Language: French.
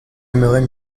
aimerais